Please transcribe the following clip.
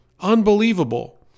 Unbelievable